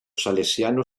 salesiano